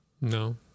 No